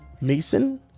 mason